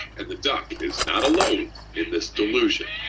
and the duck is not alone in this delusion.